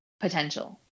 potential